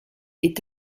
est